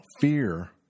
fear